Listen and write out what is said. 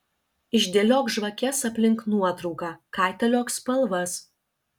išdėliok žvakes aplink nuotrauką kaitaliok spalvas